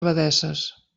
abadesses